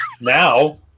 now